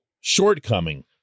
shortcoming